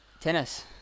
Tennis